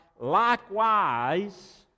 Likewise